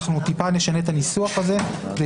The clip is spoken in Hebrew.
אנחנו טיפה נשנה את הניסוח הזה כדי